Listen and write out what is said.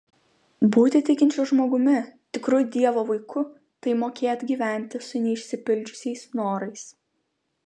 būti tikinčiu žmogumi tikru dievo vaiku tai mokėt gyventi su neišsipildžiusiais norais